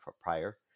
prior